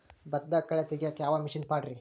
ಭತ್ತದಾಗ ಕಳೆ ತೆಗಿಯಾಕ ಯಾವ ಮಿಷನ್ ಪಾಡ್ರೇ?